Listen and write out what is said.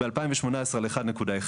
בשנת 2018 עמד על 1.1,